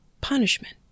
punishment